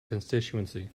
constituency